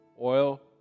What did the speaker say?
oil